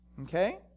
Okay